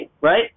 right